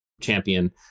champion